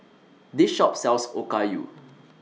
This Shop sells Okayu